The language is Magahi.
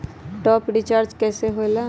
टाँप अप रिचार्ज कइसे होएला?